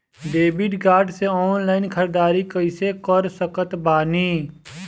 Debit card से online ख़रीदारी कैसे कर सकत बानी?